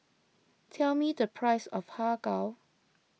tell me the price of Har Kow